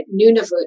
Nunavut